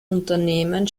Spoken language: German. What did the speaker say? unternehmen